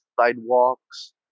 Sidewalks